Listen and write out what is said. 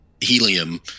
helium